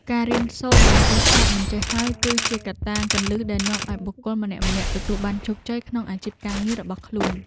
ការរៀនសូត្រមិនចេះចប់មិនចេះហើយ គឺជាកត្តាគន្លឹះដែលនាំឱ្យបុគ្គលម្នាក់ៗទទួលបានជោគជ័យក្នុងអាជីពការងាររបស់ខ្លួន។